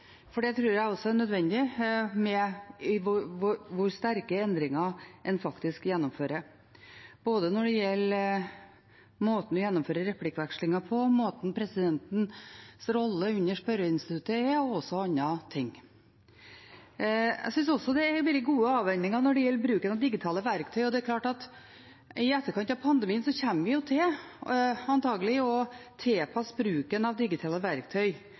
for det tror jeg er nødvendig med tanke på hvor store endringer en faktisk gjennomfører, både når det gjelder måten en gjennomfører replikkvekslingen på, presidentens rolle under spørreinstituttet og også andre ting. Jeg synes også det har vært gode avveininger når det gjelder bruken av digitale verktøy. Det er klart at i etterkant av pandemien kommer vi antakelig til å tilpasse bruken av digitale verktøy